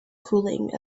cooling